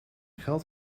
geld